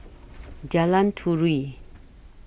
Jalan Turi